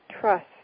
trust